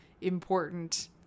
important